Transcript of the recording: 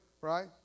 right